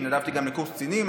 התנדבתי גם לקורס קצינים,